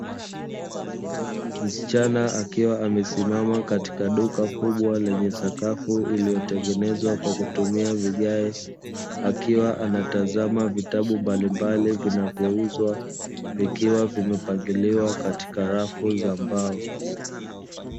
Msichana akiwa amesimsms katika duka kubwa lenye sakafu, iliyotengenezwa kwa kutumia vigae akiwa anatazama vitabu mbalimbali vinavyouzwa vikiwa vimepangiliwa katika rafu za mbao.